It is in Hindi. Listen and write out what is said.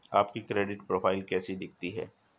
आपकी क्रेडिट प्रोफ़ाइल कैसी दिखती है?